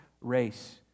race